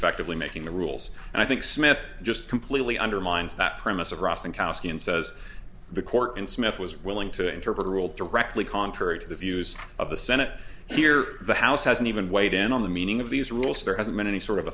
effectively making the rules and i think smith just completely undermines that premise of rostenkowski and says the court in smith was willing to interpret a rule directly contrary to the views of the senate here the house hasn't even weighed in on the meaning of these rules there hasn't been any sort of